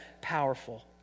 powerful